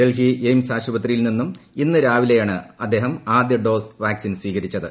Delhi AIIMS ആശുപത്രിയിൽ നിന്നും ഇന്ന് രാവിലെയാണ് അദ്ദേഹം ആദ്യ ഡോസ് വാക്സിൻ സ്വീകരിച്ചത്